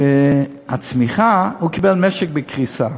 שהוא קיבל משק בקריסה,